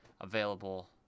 available